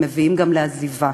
והן מביאות גם לעזיבה.